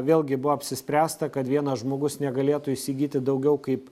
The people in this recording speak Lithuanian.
vėlgi buvo apsispręsta kad vienas žmogus negalėtų įsigyti daugiau kaip